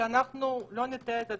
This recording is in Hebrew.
שלא נטעה את עצמנו,